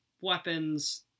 weapons